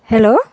hello